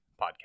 podcast